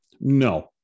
No